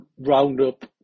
roundup